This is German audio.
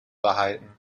behalten